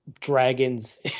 dragons